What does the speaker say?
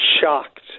shocked